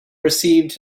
received